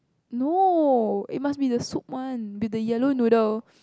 no it must be the soup one with the yellow noodle